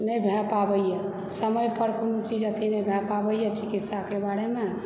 नहि भए पाबैए समय पर कोनो चीज अथी नहि भए पाबैए चिकित्साके बारेमे